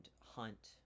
hunt